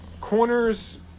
Corners